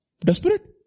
desperate